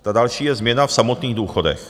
Ta další je změna v samotných důchodech.